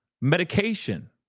medication